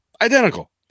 Identical